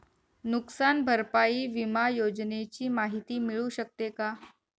नुकसान भरपाई विमा योजनेची माहिती मिळू शकते का?